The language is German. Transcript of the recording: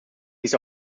dies